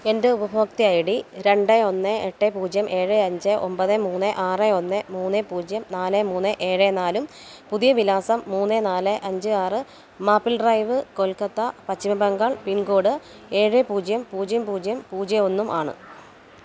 എൻ്റെ ഉപഭോക്തൃ I D രണ്ട് ഒന്ന് എട്ട് പൂജ്യം ഏഴ് അഞ്ച് ഒമ്പത് മൂന്ന് ആറ് ഒന്ന് മൂന്ന് പൂജ്യം നാല് മൂന്ന് ഏഴ് നാലും പുതിയ വിലാസം മൂന്ന് നാല് അഞ്ച് ആറ് മാപ്പിൾ ഡ്രൈവ് കൊൽക്കത്ത പശ്ചിമ ബംഗാൾ പിൻകോഡ് ഏഴ് പൂജ്യം പൂജ്യം പൂജ്യം പൂജ്യം ഒന്നും ആണ്